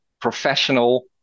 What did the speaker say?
professional